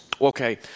Okay